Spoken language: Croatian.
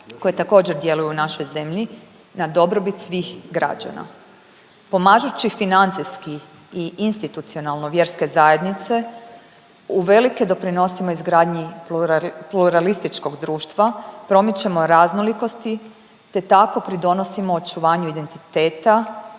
koje također djeluju u našoj zemlji na dobrobit svih građana. Pomažući financijski i institucionalno vjerske zajednice u velike doprinosimo izgradnji pluralističkog društva, promičemo raznolikosti te tako pridonosimo očuvanju identiteta